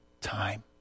time